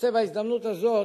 רוצה בהזדמנות הזאת,